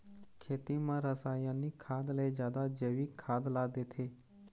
खेती म रसायनिक खाद ले जादा जैविक खाद ला देथे